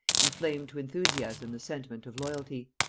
inflamed to enthusiasm the sentiment of loyalty.